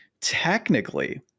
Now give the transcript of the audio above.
technically